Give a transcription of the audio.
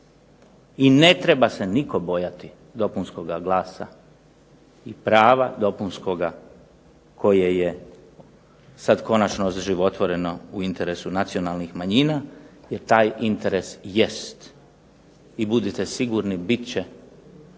I ne treba se nitko bojati dopunskoga glasa i prava dopunskoga koje je sad konačno oživotvoreno u interesu nacionalnih manjina jer taj interes jest i budite sigurni bit će